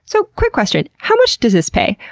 so quick question how much does this pay?